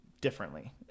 differently